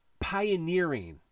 pioneering